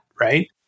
Right